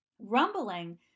Rumbling